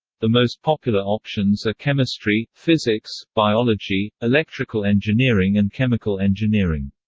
the most popular options are chemistry, physics, biology, electrical engineering and chemical engineering.